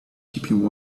keeping